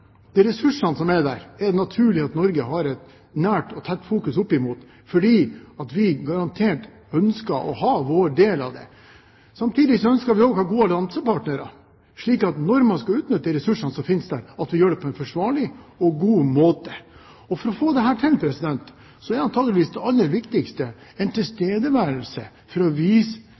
Norge fokuserer nært og tett på, fordi vi garantert ønsker å ha vår del av det. Samtidig ønsker vi også å ha gode alliansepartnere, slik at vi når vi skal utnytte de ressursene som finnes der, gjør det på en forsvarlig og god måte. For å få dette til er antakeligvis det aller viktigste en tilstedeværelse for å vise